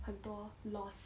很多 loss